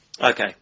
okay